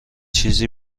چیزی